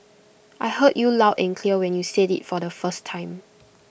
I heard you loud and clear when you said IT for the first time